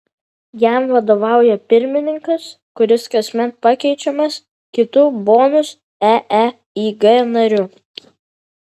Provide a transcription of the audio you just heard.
jam vadovauja pirmininkas kuris kasmet pakeičiamas kitu bonus eeig nariu